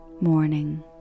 morning